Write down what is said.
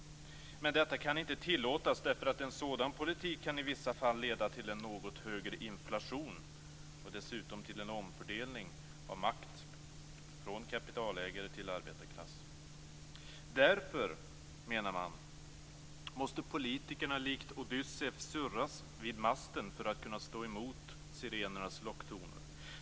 Men detta kan inte tillåtas, därför att en sådan politik kan i vissa fall leda till en något högre inflation och dessutom till en omfördelning av makt från kapitalägare till arbetarklass. Därför, menar man, måste politikerna likt Odysseus surras vid masten för att kunna stå emot sirenernas locktoner.